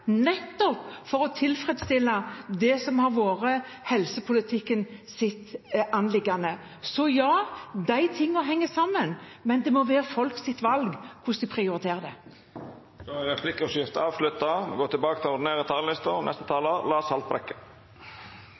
for nettopp å tilfredsstille det som har vært helsepolitikkens anliggende. Så ja, de tingene henger sammen, men det må være folks valg hvordan de prioriterer. Då er replikkordskiftet avslutta.